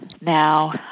Now